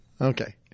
okay